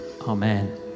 Amen